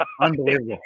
Unbelievable